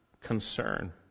concern